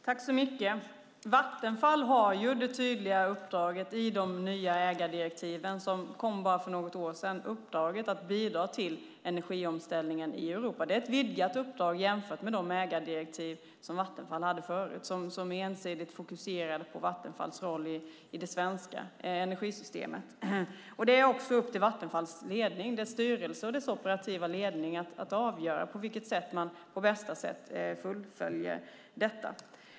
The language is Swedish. Herr talman! Vattenfall har det tydliga uppdraget i de nya ägardirektiven som kom för något år sedan att bidra till energiomställningen i Europa. Det är ett vidgat uppdrag jämfört med de ägardirektiv som Vattenfall hade förut, som ensidigt fokuserade på Vattenfalls roll i det svenska energisystemet. Det är också upp till Vattenfalls ledning, dess styrelse och operativa ledning, att avgöra hur man på bästa sätt fullföljer direktiven.